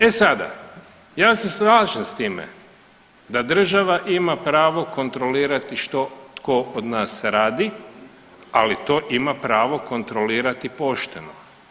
E sada, ja se slažem s time da država ima pravo kontrolirati što tko od nas radi, ali to ima pravo kontrolirati pošteno.